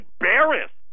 embarrassed